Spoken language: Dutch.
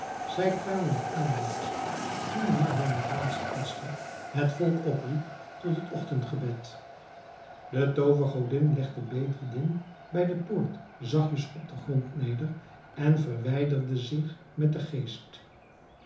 zij kwamen er aan juist toen de mahomedaansche priester het volk opriep tot het morgengebed de toovergodin legde bedreddin bij de poort zachtjes op den grond neder en verwijderde zich met den geest